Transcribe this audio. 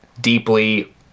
deeply